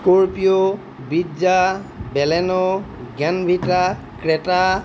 scorpio Brezza Baleno grand Vitara Creta